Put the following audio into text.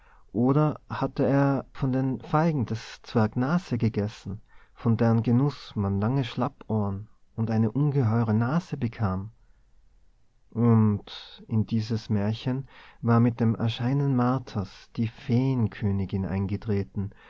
oder hatte er von den feigen des zwergs nase gegessen von deren genuß man lange schlappohren und eine ungeheure nase bekam und in dieses märchen war mit dem erscheinen marthas die feenkönigin eingetreten